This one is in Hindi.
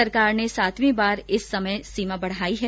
सरकार ने सातवीं बार समय सीमा बढ़ाई है